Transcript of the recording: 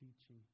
teaching